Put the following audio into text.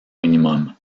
minimum